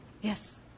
Yes